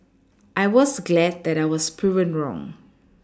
I was glad that I was proven wrong